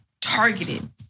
targeted